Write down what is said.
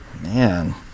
man